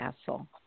Castle